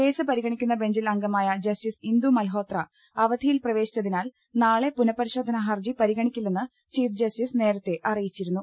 case പരിഗ ണിക്കുന്ന ബെഞ്ചിൽ അംഗമായ ജസ്റ്റിസ് ഇന്ദു മൽഹോത്ര അവധിയിൽ പ്രവേശിച്ചതിനാൽ നാളെ പുനപരിശോധനാഹർജി പരിഗണിക്കില്ലെന്ന് ചീഫ് ജസ്റ്റിസ് നേരത്തെ അറിയിച്ചിരുന്നു